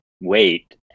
wait